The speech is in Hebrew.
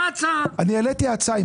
אני העליתי הצעה.